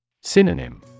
Synonym